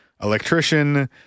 electrician